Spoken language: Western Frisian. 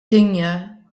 hingje